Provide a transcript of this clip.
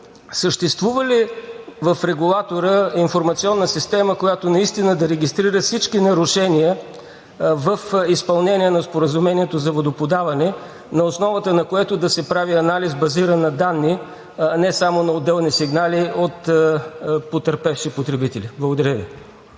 съществува ли в регулатора информационна система, която наистина да регистрира всички нарушения в изпълнение на споразумението за водоподаване, на основата на което да се прави анализ, базиран на данни, а не само на отделни сигнали от потърпевши потребители? Благодаря Ви.